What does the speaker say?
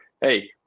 hey